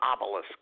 obelisk